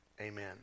Amen